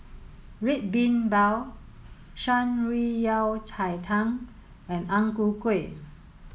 Red Bean Bao Shan Rui Yao Cai Tang and Ang Ku Kueh